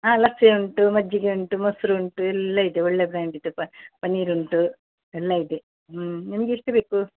ಹಾಂ ಲಸ್ಸಿ ಉಂಟು ಮಜ್ಜಿಗೆ ಉಂಟು ಮೊಸ್ರು ಉಂಟು ಎಲ್ಲ ಇದೆ ಒಳ್ಳೆ ಬ್ರಾಂಡ್ ಇದು ಬಾ ಪನ್ನೀರ್ ಉಂಟು ಎಲ್ಲ ಇದೆ ಹ್ಞೂ ನಿಮಗೆ ಎಷ್ಟು ಬೇಕು